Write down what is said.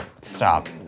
Stop